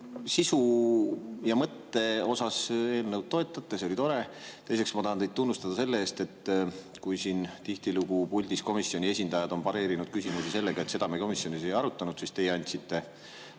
sisu ja mõtte osas te eelnõu toetate, see on tore. Teiseks, ma tahan teid tunnustada selle eest, et kui siin puldis komisjoni esindajad on tihtilugu pareerinud küsimusi sellega, et seda komisjonis ei arutatud, siis teie andsite